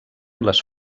les